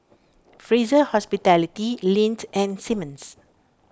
Fraser Hospitality Lindt and Simmons